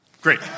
great